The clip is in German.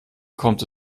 kommt